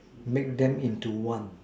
make them into one